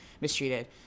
mistreated